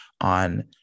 on